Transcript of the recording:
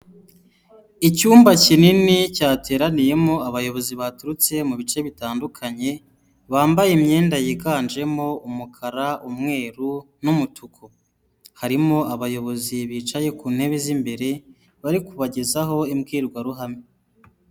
Icyumba kinini cyateraniyemo abayobozi baturutse mu bice bitandukanye, bambaye imyenda yiganjemo umukara, umweru n'umutuku, harimo abayobozi bicaye ku ntebe z'imbere bari kubagezaho imbwirwaruhame.